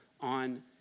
on